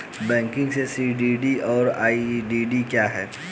Banking में CDD और EDD क्या हैं?